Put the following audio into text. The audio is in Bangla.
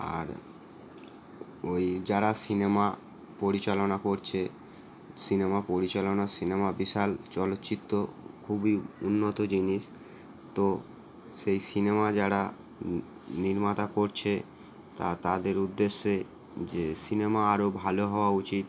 আর ওই যারা সিনেমা পরিচালনা করছে সিনেমা পরিচালনা সিনেমা বিশাল চলচ্চিত্র খুবই উন্নত জিনিস তো সেই সিনেমা যারা নির্মাতা করছে তা তাদের উদ্দেশ্যে যে সিনেমা আরও ভালো হওয়া উচিত